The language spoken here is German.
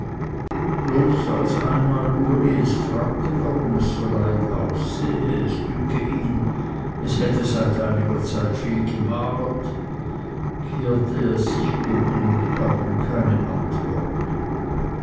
bloß als einmal uli es fragte warum es so leid aussehe es dünke ihn es hätte seit einiger zeit viel gemagert kehrte es sich um und gab ihm keine antwort